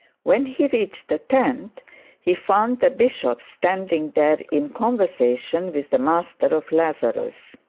when he reached the tent he found the bishop standing there in conversation with the master of lazarus.